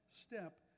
step